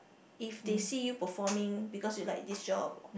if they see you performing because you like this job